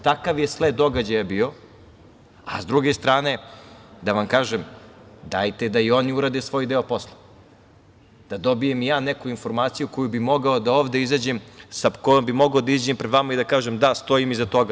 Takav je sled događaja bio, a s druge strane, da vam kažem, dajte da i oni urade svoj deo posla, da dobijem i ja neku informaciju koju bih mogao da ovde izađem, sa kojom bio mogao da izađem pred vama i kažem – da, stojim iza toga.